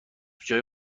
جای